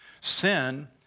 Sin